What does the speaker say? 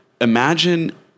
imagine